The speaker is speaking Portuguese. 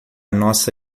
nossa